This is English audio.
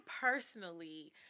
personally